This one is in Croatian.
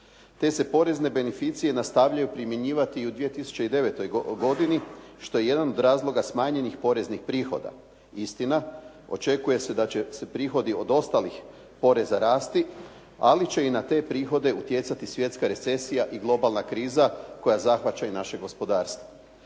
Te se porezne beneficije nastavljaju primjenjivati i u 2009. godini što je jedan od razloga smanjenih poreznih prihoda. Istina, očekuje se da će se prihodi od ostalih poreza rasti, ali će i na te prihode utjecati svjetska recesija i globalna kriza koja zahvaća i naše gospodarstvo.